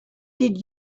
did